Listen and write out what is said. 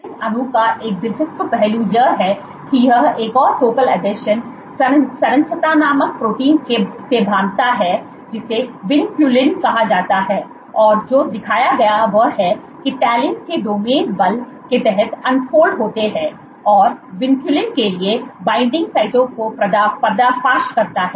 अब तालिन अणु का एक दिलचस्प पहलू यह है कि यह एक और फोकल आसंजन संरचनात्मक प्रोटीन से बांधता है जिसे विनक्यूलिन कहा जाता है और जो दिखाया गया वह है कि टैलिन के डोमेन बल के तहत अनफोल्ड होते हैं और विनक्यूलिन के लिए बाइंडिंग साइटों को पर्दाफाश करता है